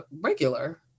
regular